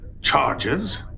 Charges